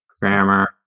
grammar